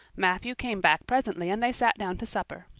matthew came back presently and they sat down to supper.